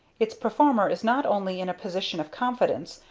its performer is not only in a position of confidence,